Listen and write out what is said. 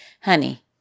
honey